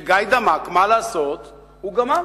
וגאידמק, מה לעשות, הוא גמר.